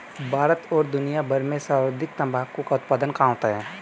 भारत और दुनिया भर में सर्वाधिक तंबाकू का उत्पादन कहां होता है?